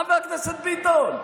חבר הכנסת ביטון?